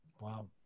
Wow